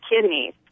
kidneys